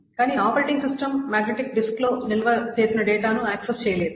కానీ operating system magnetic డిస్క్లో నిల్వ చేసిన డేటాను యాక్సెస్ చెయ్యలేదు